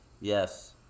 yes